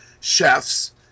chefs